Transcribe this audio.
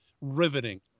riveting